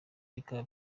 bikaba